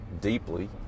deeply